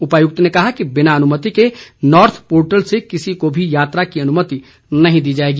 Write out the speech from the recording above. उपायुक्त ने कहा कि बिना अनुमति के नॉर्थ पोर्टल से किसी को भी यात्रा की अनुमति नहीं दी जाएगी